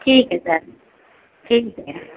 ठीक है सर ठीक है